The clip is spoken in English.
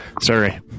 sorry